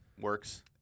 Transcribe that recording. works